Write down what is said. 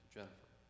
Jennifer